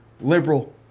liberal